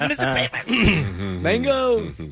Mango